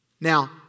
Now